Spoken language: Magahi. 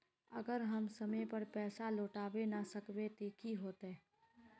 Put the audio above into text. अगर हम समय पर पैसा लौटावे ना सकबे ते की होते?